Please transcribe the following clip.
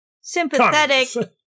sympathetic